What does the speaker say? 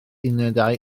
unedau